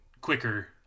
quicker